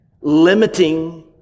limiting